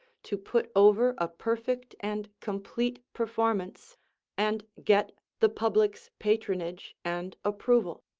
to put over a perfect and complete performance and get the public's patronage and approval.